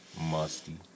musty